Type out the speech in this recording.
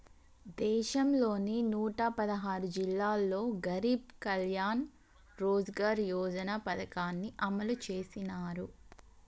దేశంలోని నూట పదహారు జిల్లాల్లో గరీబ్ కళ్యాణ్ రోజ్గార్ యోజన పథకాన్ని అమలు చేసినారు